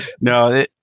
No